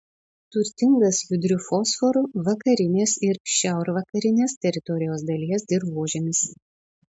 turtingas judriu fosforu vakarinės ir šiaurvakarinės teritorijos dalies dirvožemis